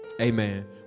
Amen